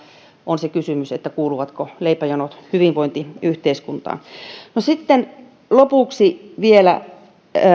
on se kysymys kuuluvatko leipäjonot hyvinvointiyhteiskuntaan sitten vielä